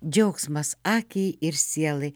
džiaugsmas akiai ir sielai